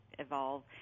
evolve